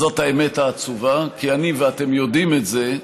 זאת האמת העצובה, כי אני ואתם יודעים את זה.